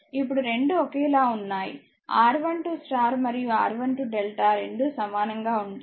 ఇప్పుడు రెండు ఒకే లా ఉన్నాయి R12స్టార్ మరియు R12డెల్టా రెండూ సమానంగా ఉంటాయి